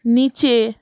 নিচে